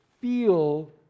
feel